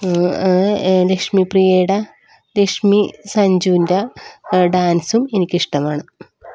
ലക്ഷ്മിപ്രിയയുടെ ലക്ഷ്മി സഞ്ജൂവിൻ്റെ ഡാൻസും എനിക്കിഷ്ടമാണ്